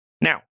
Now